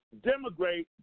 demigrate